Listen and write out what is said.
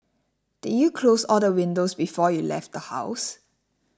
did you close all the windows before you left the house